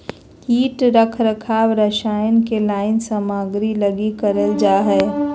कीट रख रखाव रसायन के लाइन सामग्री लगी करल जा हइ